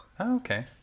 Okay